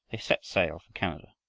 they set sail for canada.